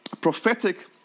prophetic